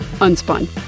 Unspun